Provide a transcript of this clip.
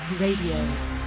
Radio